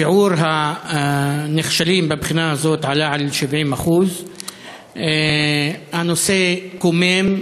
שיעור הנכשלים בבחינה הזאת עלה על 70%. הנושא קומם,